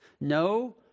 no